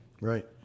Right